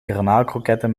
garnaalkroketten